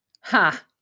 ha